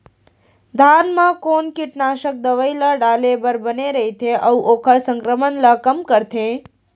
धान म कोन कीटनाशक दवई ल डाले बर बने रइथे, अऊ ओखर संक्रमण ल कम करथें?